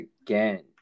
again